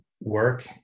work